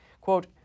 Quote